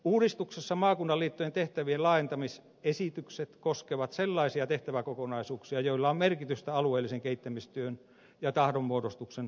uudistuksessa maakunnan liittojen tehtävien laajentamisesitykset koskevat sellaisia tehtäväkokonaisuuksia joilla on merkitystä alueellisen kehittämistyön ja tahdonmuodostuksen vaikuttavuudelle ja toteuttamiselle